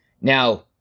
Now